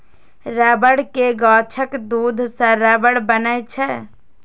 रबड़ के गाछक दूध सं रबड़ बनै छै